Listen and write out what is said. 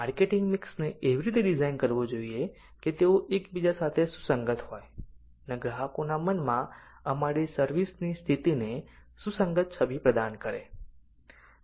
marketing મિક્સને એવી રીતે ડિઝાઇન કરવું જોઈએ કે તેઓ એકબીજા સાથે સુસંગત હોય અને ગ્રાહકોના મનમાં અમારી સર્વિસ ની સ્થિતિ સાથે સુસંગત છબી પ્રદાન કરે